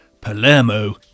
Palermo